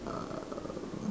um